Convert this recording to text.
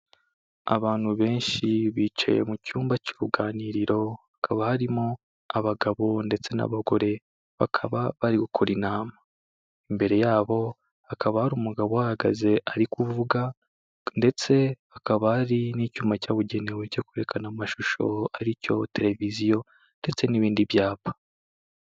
Abantu benshi bicaye mu cyumba cy'uruganiriro, hakaba harimo abagabo ndetse n'abagore, bakaba bari gukora inama, imbere yabo hakaba hari umugabo uhahagaze ari kuvuga ndetse hakaba hari n'icyuma cyabugenewe cyo kwerekana amashusho ari cyo televiziyo ndetse n'ibindi byapa.